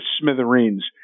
smithereens